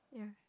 yeah